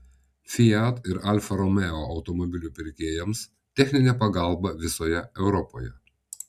fiat ir alfa romeo automobilių pirkėjams techninė pagalba visoje europoje